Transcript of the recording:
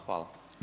Hvala.